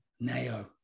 Neo